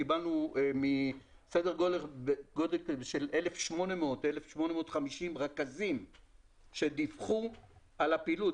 קיבלנו מסדר גודל של 1,850 רכזים שדיווחו על הפעילות.